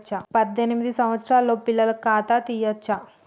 పద్దెనిమిది సంవత్సరాలలోపు పిల్లలకు ఖాతా తీయచ్చా?